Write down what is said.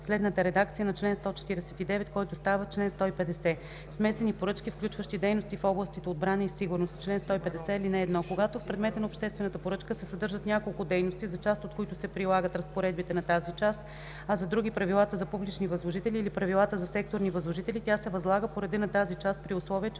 следната редакция на чл. 149, който става чл. 150: „Смесени поръчки, включващи дейности в областите отбрана и сигурност Чл. 150. (1) Когато в предмета на обществената поръчка се съдържат няколко дейности, за част от които се прилагат разпоредбите на тази част, а за други – правилата за публични възложители или правилата за секторни възложители, тя се възлага по реда на тази част, при условие че